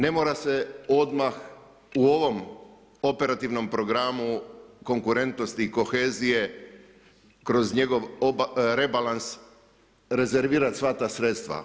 Ne mora se odmah u ovom operativnom programu konkurentnosti i kohezije kroz njegov rebalans rezervirat sva ta sredstva.